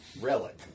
relic